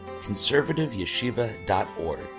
conservativeyeshiva.org